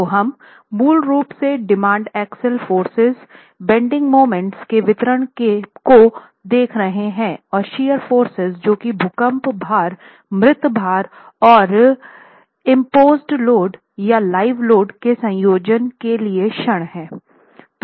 तो हम मूल रूप से demand axial forces bending moments के वितरण को देख रहे हैं और शियर फोर्सेज जो की भूकंप भार मृत भार और इम्पोसेड लोड या लाइव लोड के संयोजन के लिए क्षण हैं